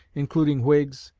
including whigs,